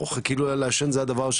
כאילו לעשן הדבר,